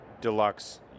Deluxe